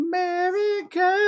America